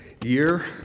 year